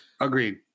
Agreed